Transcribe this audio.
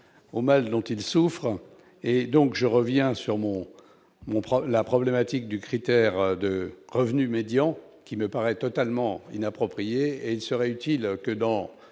au mal dont il souffre et donc je reviens sur mon mon prof la problématique du critère de revenu médian qui me paraît totalement inapproprié et il serait utile que dans